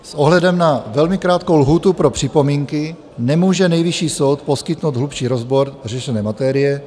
S ohledem na velmi krátkou lhůtu pro připomínky nemůže Nejvyšší soud poskytnout hlubší rozbor řešené materie.